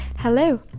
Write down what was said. Hello